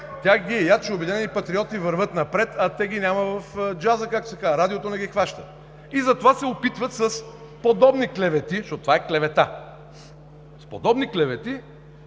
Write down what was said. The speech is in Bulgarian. Тях ги е яд, че „Обединените патриоти“ вървят напред, а тях ги няма в джаза, както се казва, радиото не ги хваща. И затова се опитват с подобни клевети, защото това е клевета, с подобни клевети,